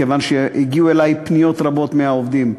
כיוון שהגיעו אלי פניות רבות מהעובדים,